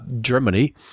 Germany